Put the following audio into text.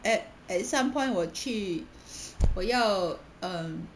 at at some point 我去我要 um